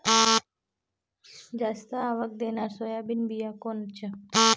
जास्त आवक देणनरं सोयाबीन बियानं कोनचं?